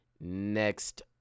next